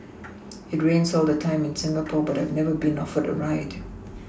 it rains all the time in Singapore but I've never been offered a ride